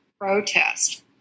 protest